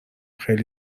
خیلی